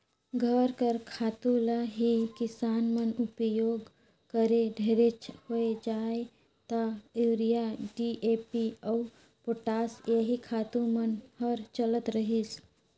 घर कर खातू ल ही किसान मन उपियोग करें ढेरेच होए जाए ता यूरिया, डी.ए.पी अउ पोटास एही खातू मन हर चलत रहिस